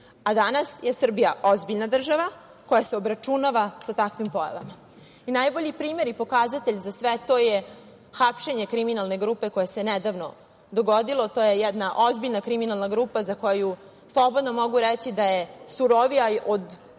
Danas je Srbija ozbiljna država koja se obračunava sa takvim pojavama. Najbolji primer i pokazatelj za sve to je hapšenje kriminalne grupe koje se nedavno dogodilo. To je jedna ozbiljna kriminalna grupa za koju slobodno mogu reći da je surovija od